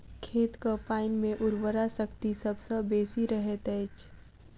खेतक पाइन मे उर्वरा शक्ति सभ सॅ बेसी रहैत अछि